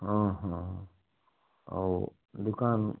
हाँ हाँ और वो दुकान